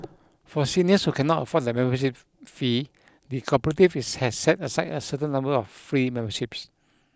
for seniors who cannot afford the membership fee the cooperative has has set aside a certain number of free memberships